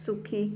সুখী